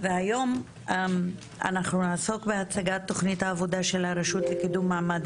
היום אנחנו נעסוק בהצגת תוכנית העבודה של הרשות לקידום מעמד